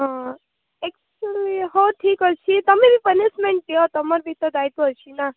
ହଁ ଏକଚୌଲି ହଉ ଠିକ୍ଅଛି ତମେ ବି ପନିସମେଣ୍ଟ ଦିଅ ତମର ବି ଦାୟିତ୍ୱ ଅଛିନା